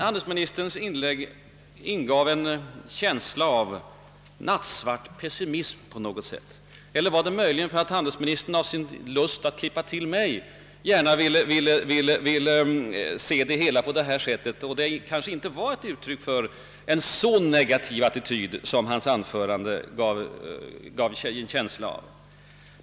Handelsministerns inlägg ingav på något sätt en känsla av nattsvart pessimism. Eller var det möjligen så, att handelsministern i sin lust att »klippa till» mig ville se frågan på detta sätt? Inlägget var kanske inte uttryck för en så negativ attityd som man fick en känsla av.